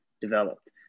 developed